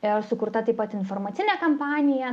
ir sukurta taip pat informacinė kampanija